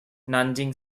nanjing